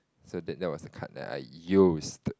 so that that was the card that I used